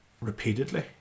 Repeatedly